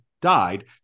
died